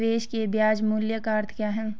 निवेश के ब्याज मूल्य का अर्थ क्या है?